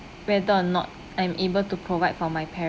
whether or not I'm able to provide for my parents